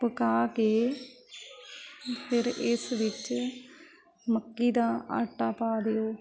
ਪਕਾ ਕੇ ਫਿਰ ਇਸ ਵਿੱਚ ਮੱਕੀ ਦਾ ਆਟਾ ਪਾ ਦਿਓ